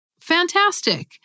Fantastic